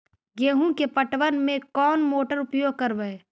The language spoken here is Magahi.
गेंहू के पटवन में कौन मोटर उपयोग करवय?